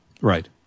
Right